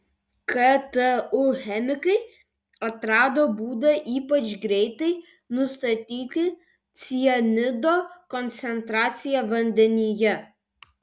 ktu chemikai atrado būdą ypač greitai nustatyti cianido koncentraciją vandenyje